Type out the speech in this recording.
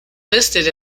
listed